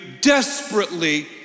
desperately